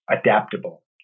adaptable